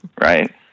right